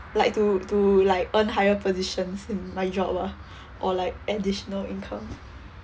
like to to like earn higher positions in my job ah or like additional income